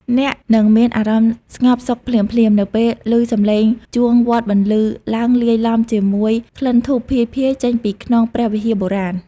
អ្នកនឹងមានអារម្មណ៍ស្ងប់សុខភ្លាមៗ នៅពេលឮសម្លេងជួងវត្តបន្លឺឡើងលាយឡំជាមួយក្លិនធូបភាយៗចេញពីក្នុងព្រះវិហារបុរាណ។